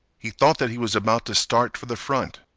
he thought that he was about to start for the front.